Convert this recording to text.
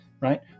right